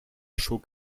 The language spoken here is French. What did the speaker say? chaux